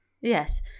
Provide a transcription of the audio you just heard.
Yes